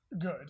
good